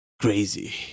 crazy